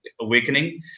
awakening